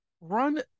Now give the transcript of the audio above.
run –